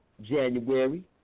January